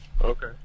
Okay